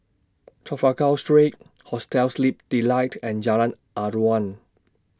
Trafalgar Street Hostel Sleep Delight and Jalan Aruan